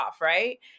right